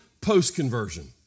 post-conversion